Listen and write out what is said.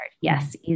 Yes